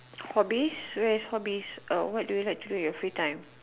hobbies where is hobbies oh what do you like to do in your free time